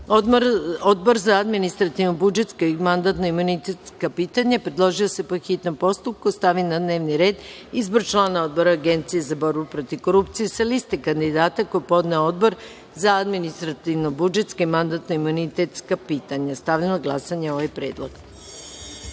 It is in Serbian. za administrativno-budžetska i mandatno-imunitetska pitanja je predložio da se, po hitnom postupku, stavi na dnevni red – Izbor člana Odbora Agencije za borbu protiv korupcije, sa liste kandidata koju je podneo Odbor za administrativno-budžetska i mandatno-imunitetska pitanja. Stavljam na glasanje ovaj